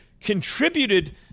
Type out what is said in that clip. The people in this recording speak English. contributed